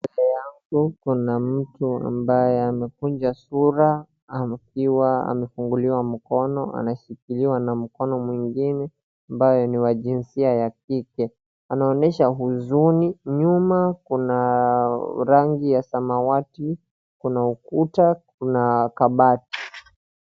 Mbele yangu kuna mtu ambaye amekunja sura akiwa amefunguliwa mkono, ameshikiliwa na mkono mwingine ambaye ni wa jinsia ya kike, anaonyesha huzuni, nyuma kuna rangi ya samawati, kuna ukuta, kuna kabati.